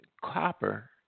copper